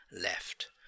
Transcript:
left